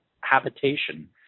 habitation